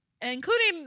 including